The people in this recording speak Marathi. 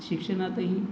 शिक्षणातही